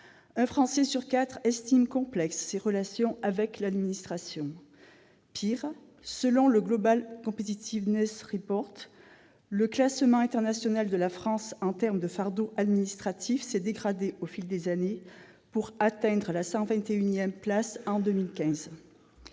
Un Français sur quatre estime ses relations avec l'administration complexes. Pis, selon le, le classement international de la France en termes de fardeau administratif s'est dégradé au fil des années pour atteindre la 121 place en 2015.